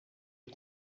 est